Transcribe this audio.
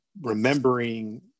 remembering